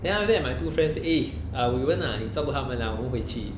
then after that my two friends eh uh weiwen ah 你照顾她们啊我们回去